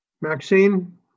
Maxine